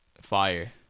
Fire